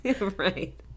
Right